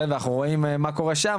ואנחנו רואים מה קורה שם,